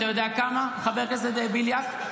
חבר הכנסת בליאק?